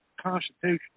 constitutional